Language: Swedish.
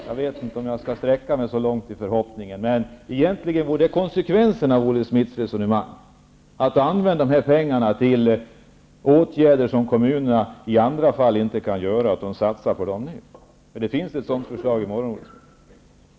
Jag vet inte om jag skall sträcka mina förhoppningar så långt, men det vore den egentliga konsekvensen av Olle Schmidts resonemang. Pengarna borde användas till åtgärder som kommunerna i annat fall inte kan vidta. Det finns ett sådant förslag i morgon, Olle Schmidt.